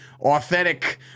authentic